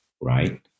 right